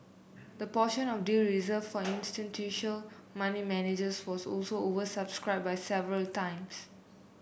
the portion of the deal reserved for institutional money managers was also oversubscribed by several times